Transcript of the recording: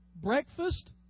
breakfast